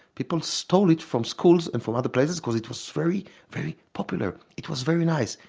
people stole it from schools and from other places because it was very very popular. it was very nice.